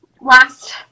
last